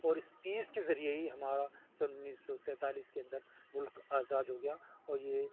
اور اس پیس کے ذریعے ہی ہمارا سن انیس سو سینتالیس کے اندر ملک آزاد ہو گیا اور یہ